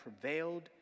prevailed